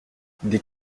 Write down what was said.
des